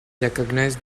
recognised